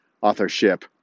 authorship